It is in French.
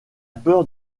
peur